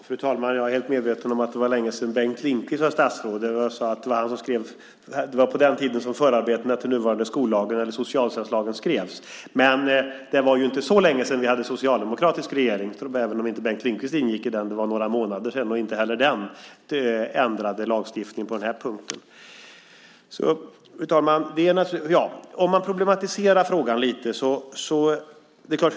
Fru talman! Jag är helt medveten om att det var länge sedan Bengt Lindqvist var statsråd, men det var alltså på hans tid som förarbetena till den nuvarande socialtjänstlagen skrevs. Det var dock inte så länge sedan vi hade en socialdemokratisk regering, även om inte Bengt Lindqvist ingick i den. Det var några månader sedan. Inte heller den ändrade lagstiftningen på den här punkten. Låt oss problematisera frågan lite, fru talman.